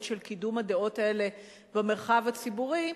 של קידום הדעות האלה במרחב הציבורי,